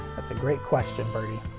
that's a great question, bertie.